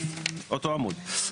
אותו עמוד.